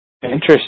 Interesting